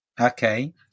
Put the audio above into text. Okay